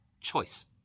choice